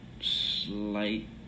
slight